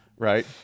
Right